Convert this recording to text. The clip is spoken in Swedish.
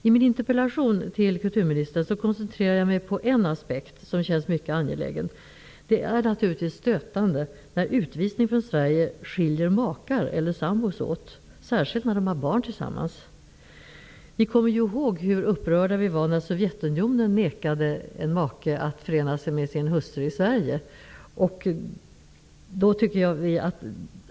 I min interpellation till kulturministern koncentrerade jag mig på en aspekt, som känns mycket angelägen, nämligen att det naturligtvis är stötande när utvisning från Sverige skiljer makar eller sambor åt. Särskilt gäller det när de har barn tillsammans. Vi kommer ihåg hur upprörda vi var när man i Sovjetunionen nekade en make att förena sig med sin hustru i Sverige.